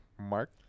Mark